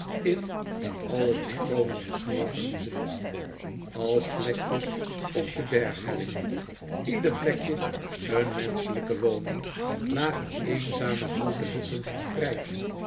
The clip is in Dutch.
in de alles bekronende sneeuw verliezend als vlekjes op de berghellingen ieder vlekje een menschelijke woning lagen eenzame houten hutten verspreid